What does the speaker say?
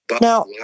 Now